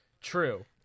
True